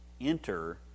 enter